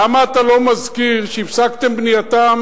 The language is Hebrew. למה אתה לא מזכיר שהפסקתם את בנייתן